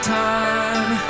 time